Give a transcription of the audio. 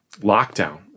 lockdown